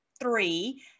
three